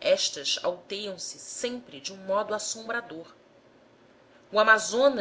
estas alteiam se sempre de um modo assombrador o amazonas